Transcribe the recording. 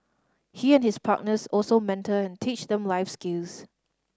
he and his partners also mentor and teach them life skills